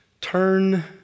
turn